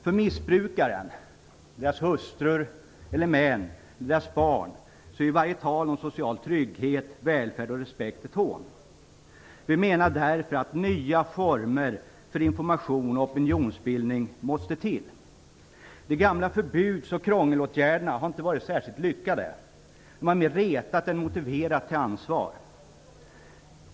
För missbrukarna, deras hustrur eller män och deras barn är allt tal om social trygghet, välfärd och respekt ett hån. Vi menar därför att nya former för information och opinionsbildning måste till. De gamla förbuds och krångelåtgärderna har inte varit särskilt lyckade. De har mer retat än motiverat till ansvar.